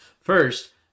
First